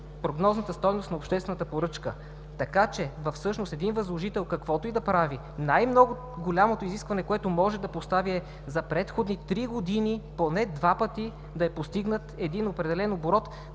прогнозната стойност на обществената поръчка. Така че един възложител каквото и да прави, най-голямото изискване, което може да постави, е за предходни три години поне два пъти да е постигнат един определен оборот,